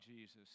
Jesus